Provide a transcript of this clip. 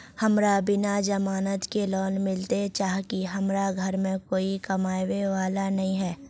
हमरा बिना जमानत के लोन मिलते चाँह की हमरा घर में कोई कमाबये वाला नय है?